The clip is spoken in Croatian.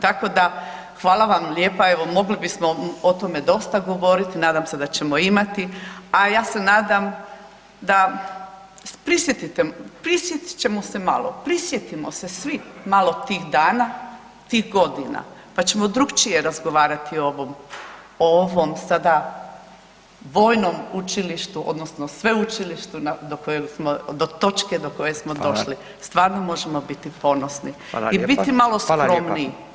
Tako da, hvala vam lijepa, evo mogli bismo o tome dosta govoriti, nadam se da ćemo imati, a ja se nadam da prisjetit ćemo se malo, prisjetimo se svi malo tih dana i tih godina, pa ćemo drukčije razgovarati o ovom, o ovom sada vojnom učilištu odnosno sveučilištu do točke do koje smo došli stvarno možemo biti ponosni i biti malo skromniji.